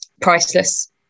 priceless